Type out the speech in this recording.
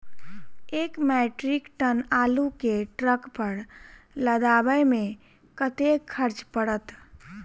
एक metric tonne आलु केँ ट्रक पर लदाबै मे कतेक खर्च पड़त?